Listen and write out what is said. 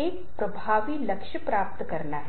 एक महिला आबादी अधिमानतः इस तरह के रंग की तरह हो सकती है हम वास्तव में नहीं जानते हैं